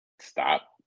stop